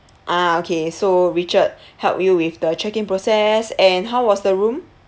ah okay so richard help you with the check-in process and how was the room